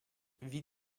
wie